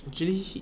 actually